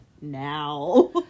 now